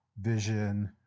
vision